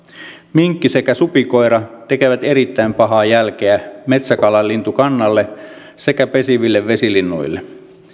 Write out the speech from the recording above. minkki sekä supikoira tekevät erittäin pahaa jälkeä metsäkanalintukannalle sekä pesiville vesilinnuille